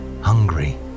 hungry